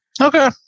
Okay